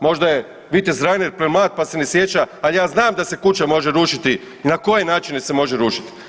Možda je vitez Reiner premlad, pa se ne sjeća, ali ja znam da se kuća može rušiti i na koje načine se može rušiti.